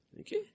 Okay